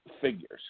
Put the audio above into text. Figures